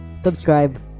subscribe